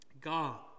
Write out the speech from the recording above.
God